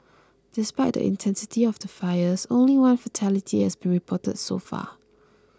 despite the intensity of the fires only one fatality has been reported so far